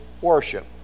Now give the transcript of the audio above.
worship